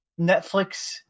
Netflix